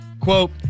Quote